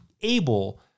able